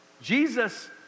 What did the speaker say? Jesus